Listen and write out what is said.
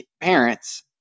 parents